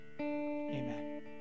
Amen